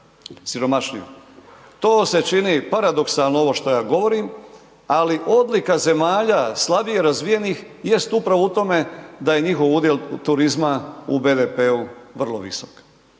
To se čini paradoksalno ovo šta ja govorim, ali odlika zemalja slabije razvijenih jest upravo u tome da je njihov udjel turizma u BDP-u vrlo visok.